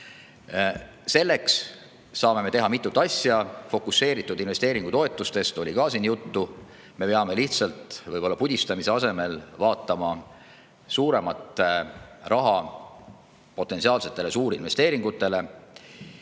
Selleks saame me teha mitut asja. Fokusseeritud investeeringutoetustest oli ka siin juttu. Me peame lihtsalt pudistamise asemel [jagama rohkem] raha potentsiaalsetele suurinvesteeringutele.